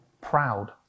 proud